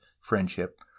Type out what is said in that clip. friendship